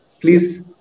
Please